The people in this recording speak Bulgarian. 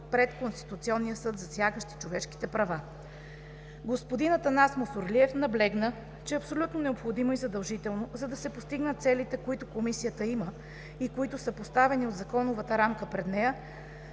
пред Конституционния съд, засягащи човешките права. Атанас Мусорлиев наблегна, че е абсолютно необходимо и задължително, за да се постигнат целите, които Комисията има и които са поставени от законовата рамка пред нея,